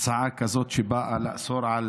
הצעה כזאת שבאה לאסור על